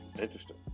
Interesting